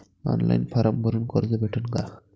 Online form भरून कर्ज भेटन का?